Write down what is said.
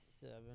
Seven